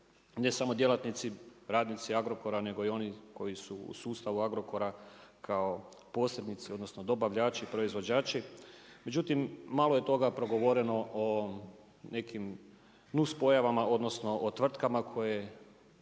ne samo djelatnici, radnici Agrokora nego i oni koji su u sustavu Agrokora kao posrednici, odnosno dobavljači, proizvođači, međutim malo je toga progovoreno o nekim nuspojavama, odnosno o tvrtkama koje,